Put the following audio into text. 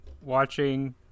watching